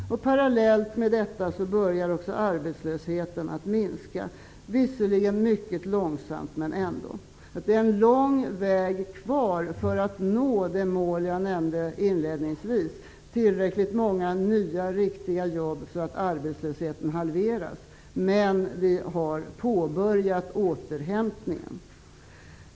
Parallellt med detta börjar också arbetslösheten att minska, visserligen mycket långsamt men ändå. Det är en lång väg kvar för att nå det mål som jag inledningsvis nämnde, dvs. att få tillräckligt många nya riktiga jobb så att arbetslösheten halveras, men vi har påbörjat återhämtningen.